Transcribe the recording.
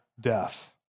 death